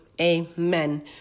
amen